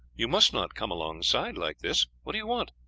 you must not come alongside like this what do you want?